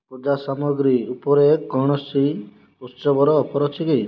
ପୂଜା ସାମଗ୍ରୀ ଉପରେ କୌଣସି ଉତ୍ସବର ଅଫର୍ ଅଛି କି